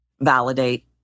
validate